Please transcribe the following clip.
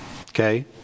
Okay